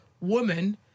woman